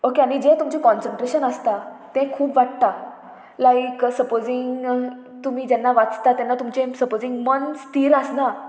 okay आनी जें तुमचें कॉन्सनट्रेशन आसता तें खूब वाडटा लायक सपोजींग तुमी जेन्ना वाचता तेन्ना तुमचें सपोजींग मन स्थील आसना